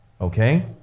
Okay